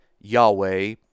Yahweh